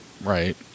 Right